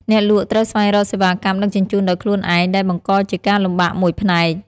អ្នកលក់ត្រូវស្វែងរកសេវាកម្មដឹកជញ្ជូនដោយខ្លួនឯង ដែលបង្កជាការលំបាកមួយផ្នែក។